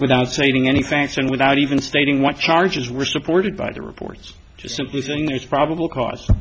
without stating any thanks and without even stating what charges were supported by the reports just simply saying there's probable cause